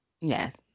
Yes